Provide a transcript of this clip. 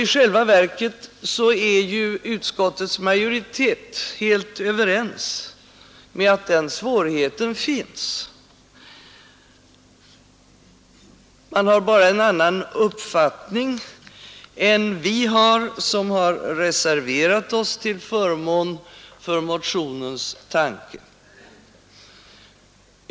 I själva verket är ju utskottets majoritet helt överens med oss om att den svårigheten finns. Man har bara en annan uppfattning än vi har som reserverat oss till förmån för motionens tanke.